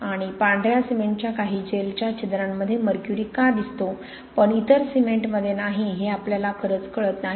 आणि पांढऱ्या सिमेंटच्या काही जेलच्या छिद्रांमध्ये मर्क्युरी का दिसतो पण इतर सिमेंटमध्ये नाही हे आपल्याला खरंच कळत नाही